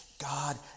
God